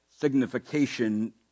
signification